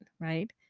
right